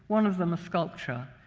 one of them a sculpture,